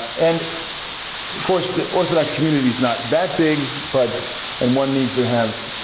and course the orthodox community is not that big but and one needs to have